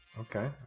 okay